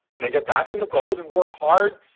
and i get back in the boat and work hard,